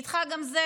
גם זה